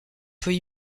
peut